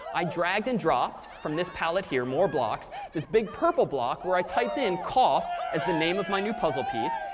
i dragged and dropped from this palette here more blocks this big purple block, where i typed in cough as the name of my new puzzle piece.